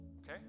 Okay